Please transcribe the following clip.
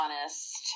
honest